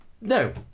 No